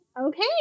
Okay